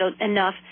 enough